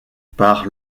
par